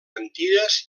antilles